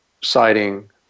citing